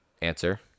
Answer